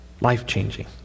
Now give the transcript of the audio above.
life-changing